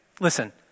listen